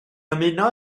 ymuno